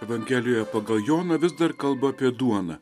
evangelijoje pagal joną vis dar kalba apie duoną